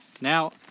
Now